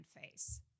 face